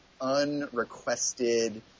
unrequested